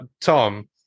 Tom